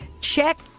Check